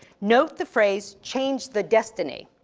note the phrase, changed the destiny.